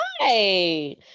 right